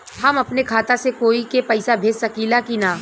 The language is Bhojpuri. हम अपने खाता से कोई के पैसा भेज सकी ला की ना?